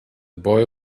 boy